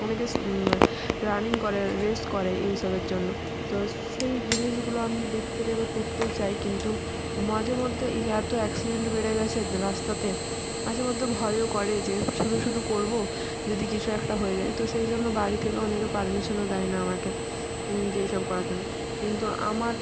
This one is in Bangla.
অনেকে রানিং করে রেস করে এইসবের জন্য তো সেই জিনিসগুলো আমি দেখতে চাই বা করতেও চাই কিন্তু মাঝে মধ্যে এই যে এত অ্যাকসিডেন্ট বেড়ে গেছে রাস্তাতে মাঝে মধ্যে ভয়ও করে যে শুধু শুধু করবো যদি কিছু একটা হয়ে যায় তো সেই জন্য বাড়ি থেকে অনেকে পার্মিশানও দেয় না আমাকে যে এসব করার জন্য কিন্তু আমার